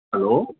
hello